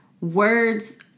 words